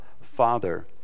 Father